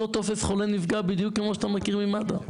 טופס חולה נפגע בדיוק כמו שאתה מכיר ממד"א.